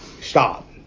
Stop